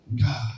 God